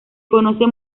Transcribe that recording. conoce